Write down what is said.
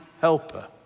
helper